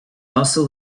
also